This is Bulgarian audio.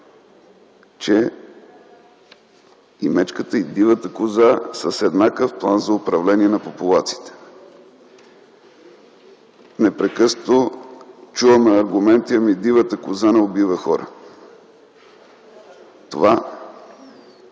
че мечката и дивата коза са с еднакъв план за управление на популациите. Непрекъснато чувам аргументи: „Ами, дивата коза не убива хора”. Това